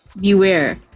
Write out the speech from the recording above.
Beware